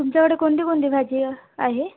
तुमच्याकडे कोणती कोणती भाजी आहे